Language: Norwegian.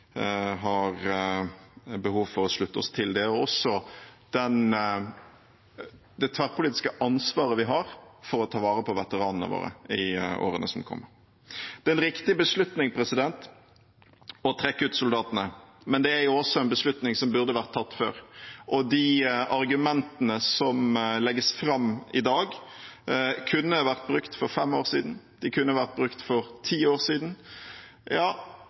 har behov for å slutte oss til det og også det tverrpolitiske ansvaret vi har for å ta vare på veteranene våre i årene som kommer. Det er en riktig beslutning å trekke ut soldatene, men det er jo også en beslutning som burde vært tatt før. De argumentene som legges fram i dag, kunne vært brukt for 5 år siden, de kunne vært brukt for 10 år siden, ja,